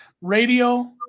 radio